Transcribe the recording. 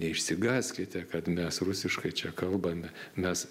neišsigąskite kad mes rusiškai čia kalbame mes